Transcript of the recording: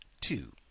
two